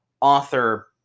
author